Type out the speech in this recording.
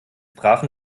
trafen